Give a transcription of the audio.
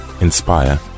inspire